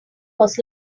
was